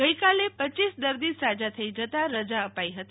ગઈકાલેરપ દર્દી સાજા થઈ જતાં રજા અપાઈ હતી